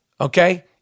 Okay